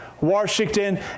Washington